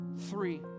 three